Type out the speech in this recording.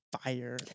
fire